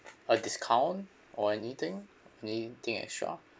a discount or anything anything extra